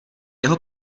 jeho